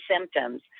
symptoms